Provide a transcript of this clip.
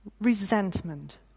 Resentment